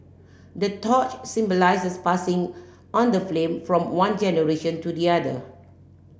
the torch symbolises passing on the flame from one generation to the other